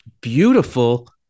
beautiful